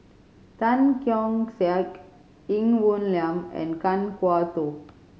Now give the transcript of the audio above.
Tan Keong Saik Ng Woon Lam and Kan Kwok Toh